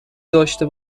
داشته